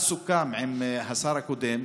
אז סוכם עם השר הקודם